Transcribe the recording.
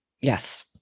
Yes